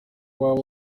ababa